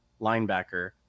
linebacker